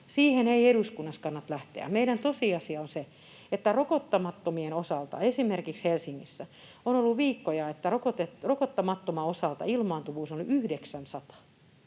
siihen ei eduskunnassa kannata lähteä. Meidän tosiasia on se, että rokottamattomien osalta, esimerkiksi Helsingissä, on ollut viikkoja, että rokottamattomien osalta ilmaantuvuus on 900.